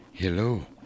Hello